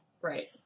Right